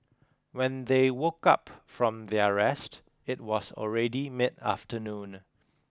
when they woke up from their rest it was already mid afternoon